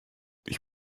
ich